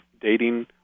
dating